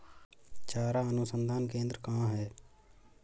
चारा अनुसंधान केंद्र कहाँ है?